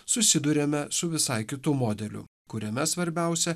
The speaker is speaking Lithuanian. susiduriame su visai kitu modeliu kuriame svarbiausia